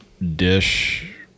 Dish